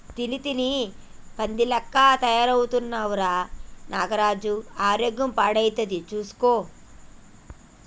తిని తిని పంది లెక్క తయారైతున్నవ్ రా నాగరాజు ఆరోగ్యం పాడైతది చూస్కో